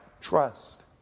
trust